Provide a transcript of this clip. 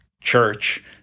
church